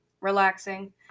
relaxing